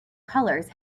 colors